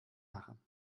machen